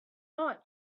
thought